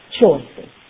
Choices